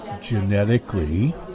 genetically